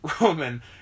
Roman